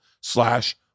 slash